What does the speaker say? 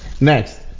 next